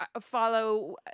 follow